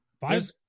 five